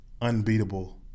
unbeatable